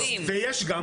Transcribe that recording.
ויש גם מוסדי.